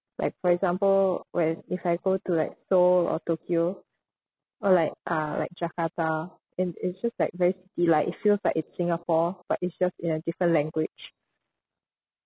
like for example when if I go to like seoul or tokyo or like uh like jakarta and it's just like very city like it feels like it's singapore but it's just in a different language